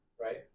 right